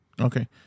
okay